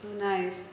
Nice